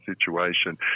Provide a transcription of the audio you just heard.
situation